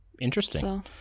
Interesting